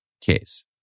case